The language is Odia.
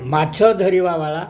ମାଛ ଧରିବା ବାଲା